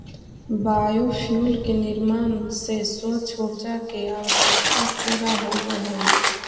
biofuel के निर्माण से स्वच्छ ऊर्जा के आवश्यकता पूरा होवऽ हई